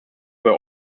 were